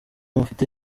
mufite